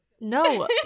No